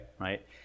right